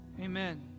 Amen